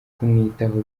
kumwitaho